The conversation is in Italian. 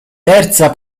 terza